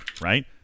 right